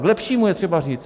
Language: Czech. K lepšímu je třeba říct.